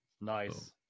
Nice